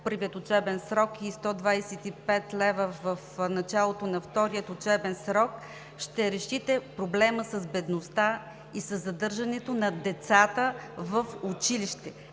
на първия учебен срок, и 125 лв. в началото на втория учебен срок, ще решите проблема с бедността и със задържането на децата в училище?